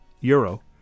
euro